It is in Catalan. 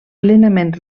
plenament